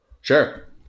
Sure